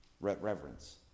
Reverence